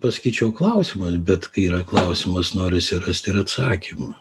pasakyčiau klausimas bet kai yra klausimas norisi rast ir atsakymą